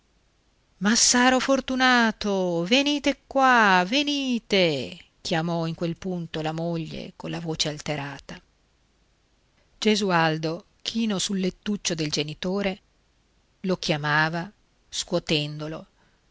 massaro fortunato venite qua venite chiamò in quel punto la moglie colla voce alterata gesualdo chino sul lettuccio del genitore lo chiamava scuotendolo